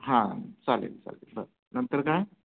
हां चालेल चालेल बरं नंतर काय